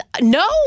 no